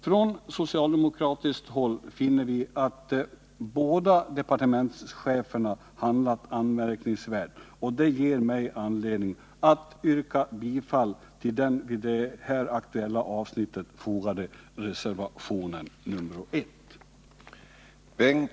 Från socialdemokratiskt håll finner vi att båda departementscheferna handlat anmärkningsvärt, och det ger mig anledning att yrka bifall till den vid det här aktuella avsnittet fogade reservationen nr 1.